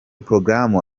porogaramu